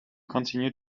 continue